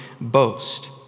boast